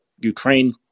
Ukraine